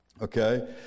Okay